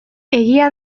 egia